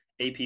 AP